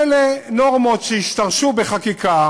אלה נורמות שהשתרשו בחקיקה